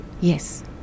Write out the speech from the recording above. Yes